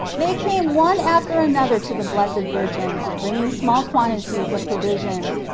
they came one after another to the blessed virgin, bringing small quantities of provisions,